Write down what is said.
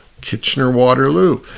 Kitchener-Waterloo